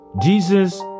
Jesus